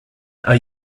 are